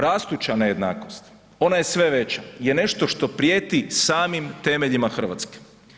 Rastuća nejednakost, ona je sve veća, je nešto što prijeti samim temeljima RH.